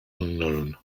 unknown